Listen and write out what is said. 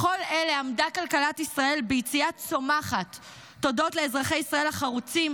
בכל אלה עמדה כלכלת ישראל ביציאה צומחת תודות לאזרחי ישראל החרוצים